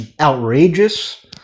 outrageous